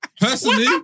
Personally